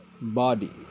body